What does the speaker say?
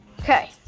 okay